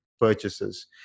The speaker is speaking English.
purchases